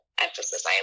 emphasis